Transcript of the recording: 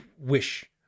wish